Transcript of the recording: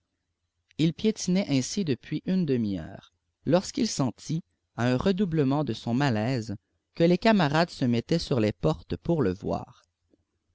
il piétinait ainsi depuis une demi-heure lorsqu'il sentit à un redoublement de son malaise que les camarades se mettaient sur les portes pour le voir